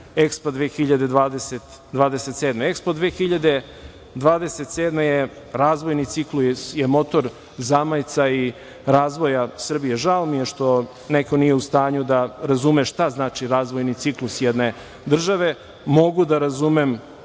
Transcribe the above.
EKSPO 2027.EKSPO 2027 je razvojni ciklus, je motor zamajca i razvoja Srbije. Žao mi je što neko nije u stanju da razume šta znači razvojni ciklus jedne države. Mogu da razumem